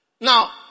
now